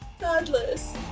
godless